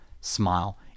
Smile